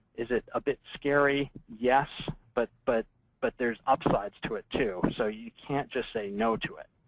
is it a bit scary? yes. but but but there's up-sides to it, too. so you can't just say no to it.